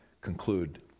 conclude